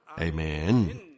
Amen